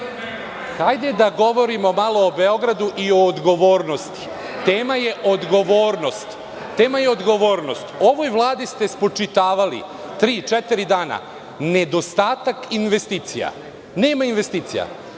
Hajde da govorimo malo o Beogradu i o odgovornosti. Tema je odgovornost. Ovoj vladi ste spočitivali tri, četiri dana nedostatak investicija. Nema investicija.